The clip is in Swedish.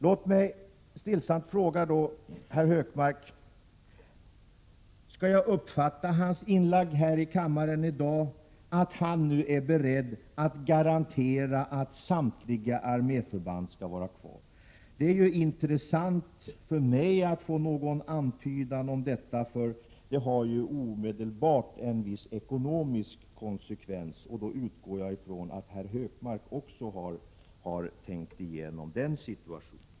Låt mig stillsamt fråga herr Hökmark om jag skall uppfatta hans inlägg i kammaren i dag som att han nu är beredd att garantera att samtliga arméförband skall vara kvar. Det vore intressant för mig att få någon antydan om detta, för det har omedelbart en viss ekonomisk konsekvens. Jag utgår från att herr Hökmark också har tänk igenom den situationen.